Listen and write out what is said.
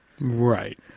Right